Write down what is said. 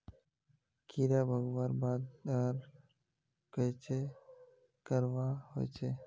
कीड़ा भगवार बाद आर कोहचे करवा होचए?